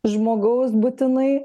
žmogaus būtinai